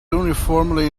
uniformly